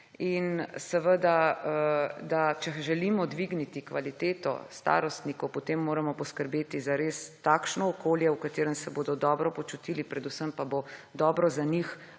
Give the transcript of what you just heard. in da če želimo dvigniti kvaliteto starostnikov, potem moramo res poskrbeti za takšno okolje, v katerem se bodo dobro počutili, predvsem pa bo za njih